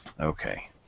Okay